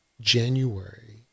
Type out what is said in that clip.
january